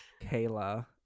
Kayla